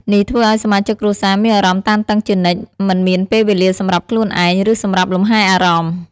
នេះធ្វើឲ្យសមាជិកគ្រួសារមានអារម្មណ៍តានតឹងជានិច្ច មិនមានពេលវេលាសម្រាប់ខ្លួនឯង ឬសម្រាប់លំហែអារម្មណ៍។